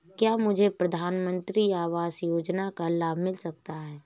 क्या मुझे प्रधानमंत्री आवास योजना का लाभ मिल सकता है?